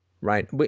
Right